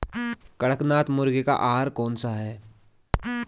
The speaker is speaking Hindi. कड़कनाथ मुर्गे का आहार कौन सा है?